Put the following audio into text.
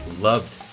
loved